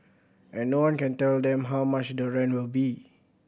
and no one can tell them how much the rent will be